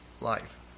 life